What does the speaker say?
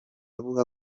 avuga